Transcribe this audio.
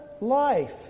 life